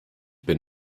bin